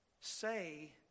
say